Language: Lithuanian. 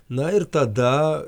na ir tada